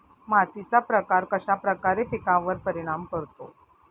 मातीचा प्रकार कश्याप्रकारे पिकांवर परिणाम करतो?